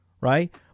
right